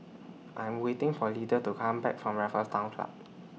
I Am waiting For Lydell to Come Back from Raffles Town Club